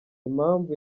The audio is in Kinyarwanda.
impamvu